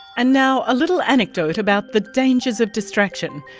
and now a little anecdote about the dangers of distraction.